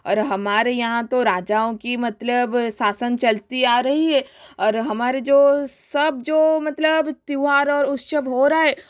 और हमारे यहाँ तो राजाओं की मतलब शासन चलता आ रहा है और हमारे जो सब जो मतलब त्यौहार और उत्सव हो रहा है